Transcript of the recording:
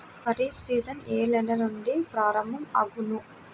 Kharif season ఏ నెల నుండి ప్రారంభం అగును?